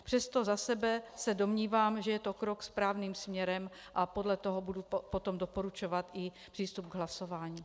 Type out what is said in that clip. Přesto za sebe se domnívám, že je to krok správným směrem, a podle toho budu potom doporučovat i přístup k hlasování.